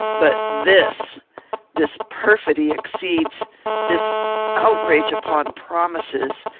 but this this perfidy exceeds this outrage upon promises,